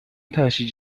تشییع